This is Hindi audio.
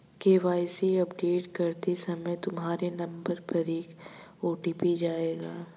के.वाई.सी अपडेट करते समय तुम्हारे नंबर पर एक ओ.टी.पी आएगा